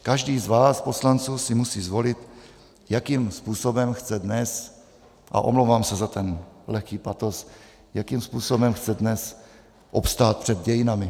Každý z vás poslanců si musí zvolit, jakým způsobem chce dnes, a omlouvám se za ten lehký patos, jakým způsobem chce dnes obstát před dějinami.